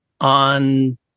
on